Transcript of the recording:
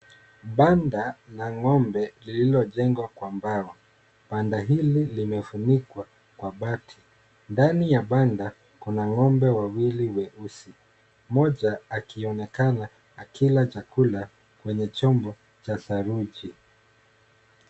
Banda la ng'ombe lililojengwa kwa mbao. Banda hili limefunikwa kwa bati. Ndani ya banda kuna ng'ombe wawili weusi. Mmoja akionekana akila chakula kwenye chombo cha saruji.